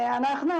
חוזרות.